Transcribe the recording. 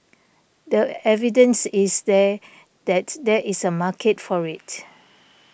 the evidence is there that there is a market for it